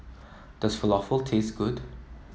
does Falafel taste good